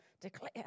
declare